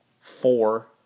four